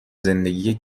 زندگی